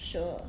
sure